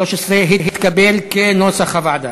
סעיף 13 התקבל כנוסח הוועדה.